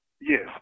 Yes